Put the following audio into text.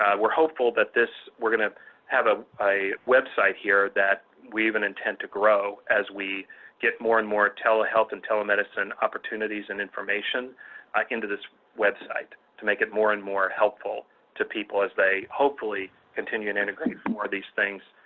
we're hopeful that this we're going to have ah a website here that we even intend to grow as we get more and more telehealth and telemedicine opportunities and information like into this website to make it more and more helpful to people as they hopefully continue and integrate more of these things,